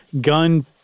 gun